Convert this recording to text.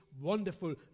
wonderful